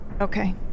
Okay